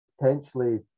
potentially